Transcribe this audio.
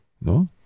No